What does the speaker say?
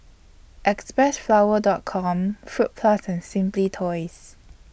Xpressflower Dot Com Fruit Plus and Simply Toys